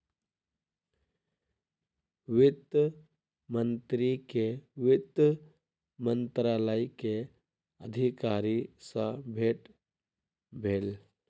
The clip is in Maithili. वित्त मंत्री के वित्त मंत्रालय के अधिकारी सॅ भेट भेल